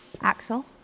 Axel